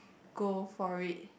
go for it